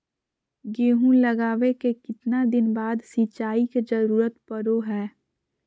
गेहूं लगावे के कितना दिन बाद सिंचाई के जरूरत पड़ो है?